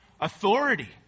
Authority